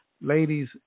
Ladies